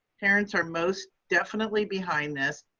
parents are most definitely behind this,